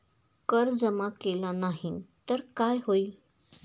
कर जमा केला नाही तर काय होईल?